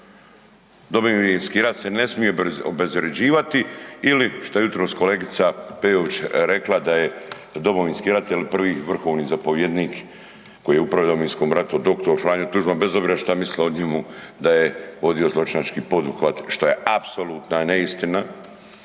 Domovinski rat se ne smije obezvrjeđivati ili šta je jutros kolegica Peović rekla da je Domovinski rat i prvi vrhovni zapovjednik koji je upravljao u Domovinskom ratu, dr. Franjo Tuđman, bez obzira šta misle o njemu, da je vodio zločinački poduhvat što je apsolutna neistina,